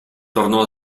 tornò